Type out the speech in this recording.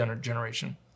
generation